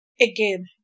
Again